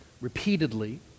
repeatedly